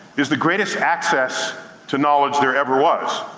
is the greatest access to knowledge there ever was.